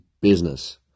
business